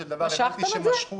משכתם את זה?